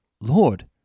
Lord